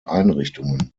einrichtungen